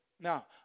Now